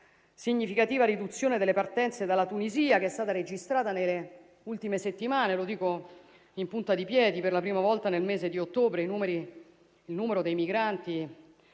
significativa riduzione delle partenze dalla Tunisia che è stata registrata nelle ultime settimane. Lo dico in punta di piedi: per la prima volta, nel mese di ottobre il numero dei migranti